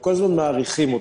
וכל הזמן מאריכים אותו.